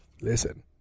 listen